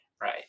right